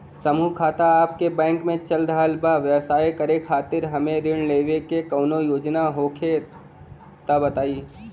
समूह खाता आपके बैंक मे चल रहल बा ब्यवसाय करे खातिर हमे ऋण लेवे के कौनो योजना होखे त बताई?